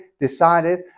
decided